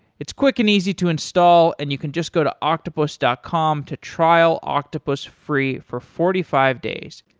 it's quick and easy to install and you can just go to octopus dot com to trial octopus free for forty five days.